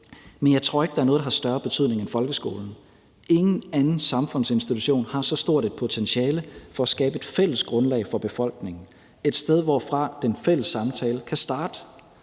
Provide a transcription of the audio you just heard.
men jeg tror ikke, at der er noget, der har større betydning end folkeskolen. Ingen anden samfundsinstitution har så stort et potentiale for at skabe et fælles grundlag for befolkningen, altså et sted, hvorfra den fælles samtale kan starte.